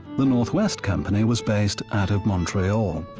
the north west company was based out of montreal.